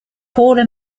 paula